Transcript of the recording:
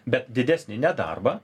bet didesnį nedarbą